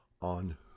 on